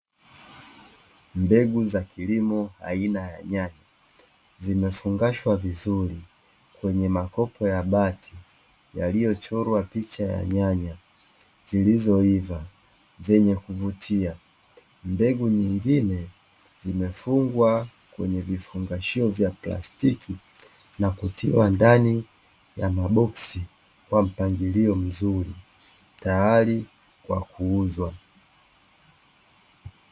Mbegu za kilimo aina ya nyanya, zimefungashwa vizuri kwenye makopo ya bati yaliyochorwa picha ya nyanya, zilizoiva zenye kuvutia mbegu nyingine zimefungwa kwenye vifungashio vya plastiki na kutiwa ndani ya maboksi kwa mpangilio mzuri, tayari kwa kuuzwa.